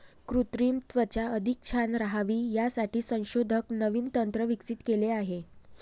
कृत्रिम त्वचा अधिक छान राहावी यासाठी संशोधक नवीन तंत्र विकसित केले आहे